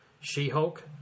She-Hulk